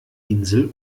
insel